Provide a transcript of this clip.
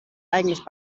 eigentlich